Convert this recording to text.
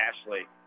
Ashley